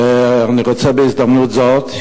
אני רוצה בהזדמנות זאת,